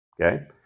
okay